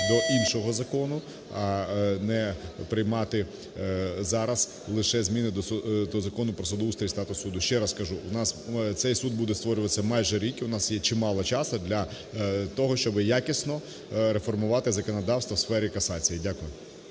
до іншого закону, а не приймати зараз лише зміни до Закону "Про судоустрій і статус суддів". Ще раз кажу, у нас цей суд буде створюватися майже рік. У нас є чимало часу для того, щоб якісно реформувати законодавство у сфері касації. Дякую.